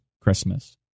Christmas